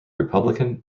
republican